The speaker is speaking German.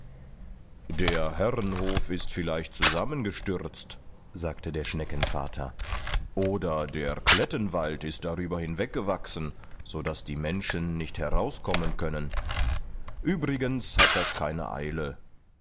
der herrenhof ist vielleicht zusammengestürzt sagte der schneckenvater oder der klettenwald ist darüber hinweg gewachsen sodaß die menschen nicht herauskommen können übrigens hat das keine eile